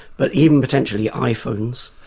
but even potentially iphones,